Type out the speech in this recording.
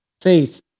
faith